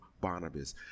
Barnabas